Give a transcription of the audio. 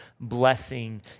blessing